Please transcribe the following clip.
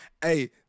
hey